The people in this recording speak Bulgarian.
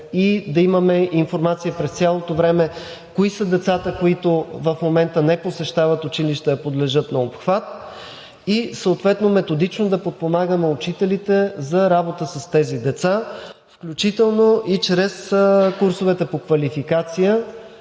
и да имаме информация през цялото време кои са децата, които в момента не посещават училища, а подлежат на обхват, и съответно методично да подпомагаме учителите за работа с тези деца, включително и чрез курсовете по квалификация,